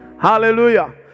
Hallelujah